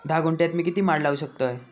धा गुंठयात मी किती माड लावू शकतय?